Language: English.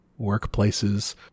workplaces